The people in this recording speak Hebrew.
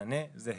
מענה זהה.